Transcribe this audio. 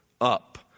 up